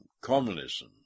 communism